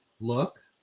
look